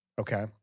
okay